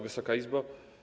Wysoka Izbo!